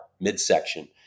midsection